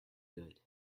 good